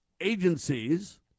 agencies